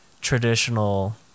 traditional